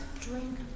drink